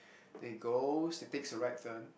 they goes it takes the right turn